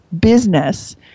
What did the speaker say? business